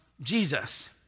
Jesus